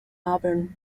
auburn